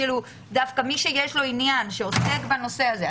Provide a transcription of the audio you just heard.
מי שיש לו עניין שעוסק בנושא הזה,